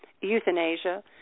euthanasia